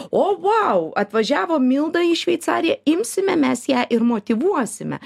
o vau atvažiavo milda į šveicariją imsime mes ją ir motyvuosime